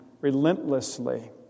relentlessly